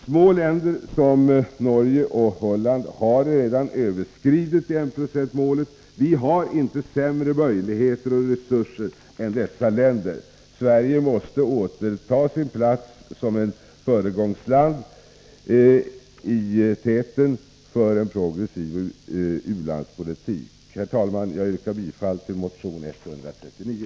Små länder som Norge och Holland har redan överskridit enprocentsmålet. Vi har inte sämre möjligheter och resurser än dessa länder. Sverige måste återta sin tätplats som ett föregångsland för en progressiv u-landspolitik. Herr talman! Jag yrkar bifall till motion 139.